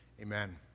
Amen